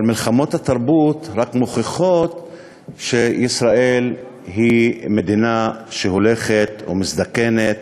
אבל מלחמות התרבות רק מוכיחות שישראל היא מדינה שהולכת ומזדקנת